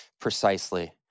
Precisely